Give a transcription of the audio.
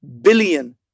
billion